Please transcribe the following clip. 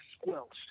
squelched